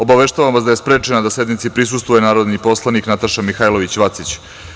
Obaveštavam vas da je sprečena da sednici prisustvuje narodni poslanik Nataša Mihailović Vacić.